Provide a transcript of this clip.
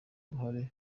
uruhare